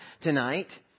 tonight